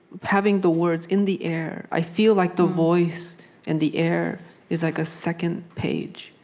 having the words in the air i feel like the voice in the air is like a second page.